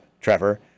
Trevor